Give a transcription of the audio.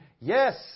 Yes